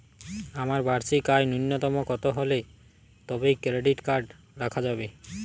আমার বার্ষিক আয় ন্যুনতম কত হলে তবেই ক্রেডিট কার্ড রাখা যাবে?